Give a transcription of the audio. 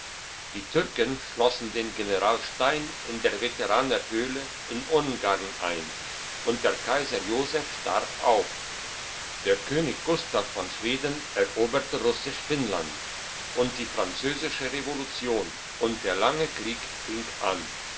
die türken schlossen den general stein in der veteraner höhle in ungarn ein und der kaiser joseph starb auch der könig gustav von schweden eroberte russisch finnland und die französische revolution und der lange krieg fing an